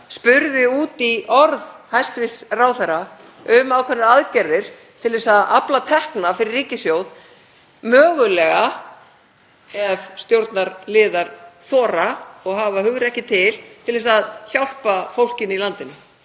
spurði út í orð hæstv. ráðherra um ákveðnar aðgerðir til að afla tekna fyrir ríkissjóð, mögulega, ef stjórnarliðar þora og hafa hugrekki til að hjálpa fólkinu í landinu.